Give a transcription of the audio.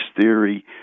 theory